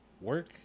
work